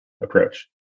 approach